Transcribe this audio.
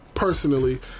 Personally